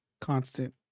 constant